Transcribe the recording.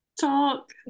talk